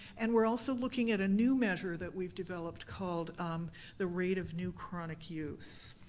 and we're also looking at a new measure that we've developed called um the rate of new chronic use.